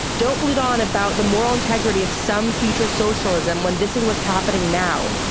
don't bleat on about the moral integrity of some future socialism when this is what's happening now.